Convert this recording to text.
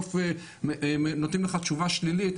ובסוף נותנים לך תשובה שלילית,